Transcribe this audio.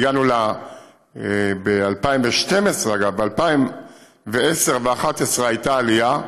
אגב, ב-2010 ו-2011 הייתה עלייה מסוימת,